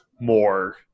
more